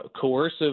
coercive